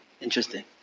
Interesting